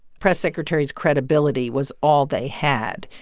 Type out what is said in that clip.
press secretaries' credibility was all they had.